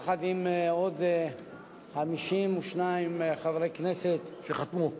יחד עם עוד 52 חברי הכנסת, שחתמו.